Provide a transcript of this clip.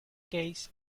case